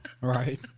Right